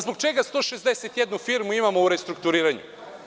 Zbog čega 161 firmu imamo u restrukturiranju?